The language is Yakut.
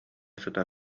сытар